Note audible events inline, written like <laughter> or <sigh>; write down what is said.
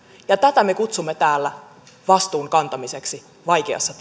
ja tätä me kutsumme täällä vastuun kantamiseksi vaikeassa <unintelligible>